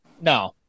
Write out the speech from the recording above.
No